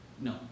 No